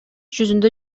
жүзүндө